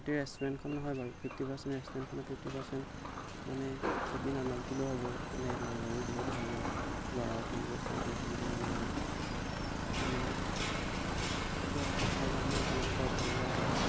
গোটেই ৰেষ্টুৰেণ্টখন নহয় বাৰু ফিফটি পাৰ্চেণ্ট ৰেষ্টুৰেণ্টখন ফিফটি পাৰ্চেণ্ট মানে কেবিন আমাক দিলেও হ'ব মানে লগৰো বহুত আহিব ল'ৰাও থাকিব ছোৱালীও থাকিব সেনেকৈ মানে কিবা অফাৰ পামনে আপোনালোকৰ ফালৰ পৰা